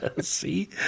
see